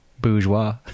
Bourgeois